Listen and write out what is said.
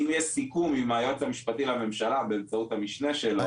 אם יש סיכום עם היועץ המשפטי לממשלה באמצעות המשנה שלו.